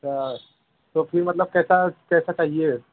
तो फिर मतलब कैसा कैसा चाहिए